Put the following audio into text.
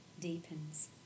deepens